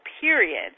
Period